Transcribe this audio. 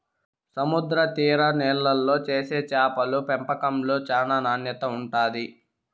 సముద్ర తీర నీళ్ళల్లో చేసే చేపల పెంపకంలో చానా నాణ్యత ఉంటాది